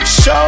Show